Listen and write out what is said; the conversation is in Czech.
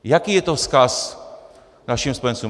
Jaký je to vzkaz našim spojencům?